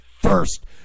first